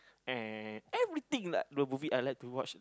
and everything lah no movie that I like to watch that